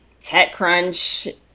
TechCrunch